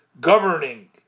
governing